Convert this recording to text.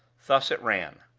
thus it ran